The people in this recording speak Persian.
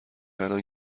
الان